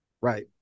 Right